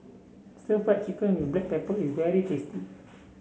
Stir Fried Chicken with Black Pepper is very tasty